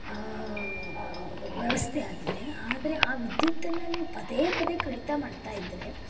ವ್ಯವಸ್ಥೆ ಆಗಿದೆ ಆದರೆ ಆ ವಿದ್ಯುತ್ತನ್ನು ನೀವು ಪದೇ ಪದೇ ಕಡಿತ ಮಾಡ್ತ ಇದ್ದರೆ